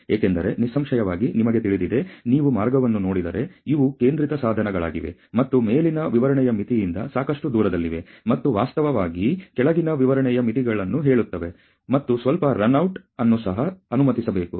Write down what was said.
ಏಕೆಂದರೆ ನಿಸ್ಸಂಶಯವಾಗಿ ನಿಮಗೆ ತಿಳಿದಿದೆ ನೀವು ಮಾರ್ಗವನ್ನು ನೋಡಿದರೆ ಇವು ಕೇಂದ್ರಿತ ಸಾಧನಗಳಾಗಿವೆ ಮತ್ತು ಮೇಲಿನ ವಿವರಣೆಯ ಮಿತಿಯಿಂದ ಸಾಕಷ್ಟು ದೂರದಲ್ಲಿವೆ ಅಥವಾ ವಾಸ್ತವವಾಗಿ ಕೆಳಗಿನ ವಿವರಣೆಯ ಮಿತಿಗಳನ್ನು ಹೇಳುತ್ತವೆ ಮತ್ತು ಸ್ವಲ್ಪ ರನ್ ಔಟ್ ಅನ್ನು ಸಹ ಅನುಮತಿಸಬೇಕು